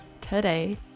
today